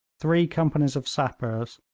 three companies of sappers,